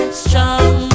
strong